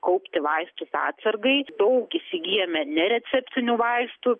kaupti vaistus atsargai daug įsigyjame nereceptinių vaistų